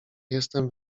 jestem